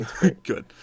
Good